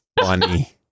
funny